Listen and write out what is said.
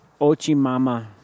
Ochimama